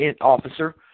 officer